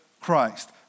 Christ